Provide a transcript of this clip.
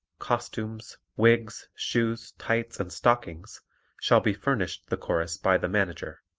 costumes, wigs, shoes, tights and stockings shall be furnished the chorus by the manager.